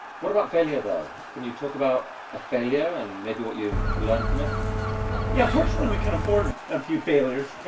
what about failure, though? can you talk about a failure and maybe what you've learned from it? bg yeah. fortunately, we can afford a few failures,